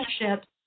relationships